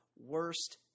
Worst